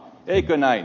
eikö näin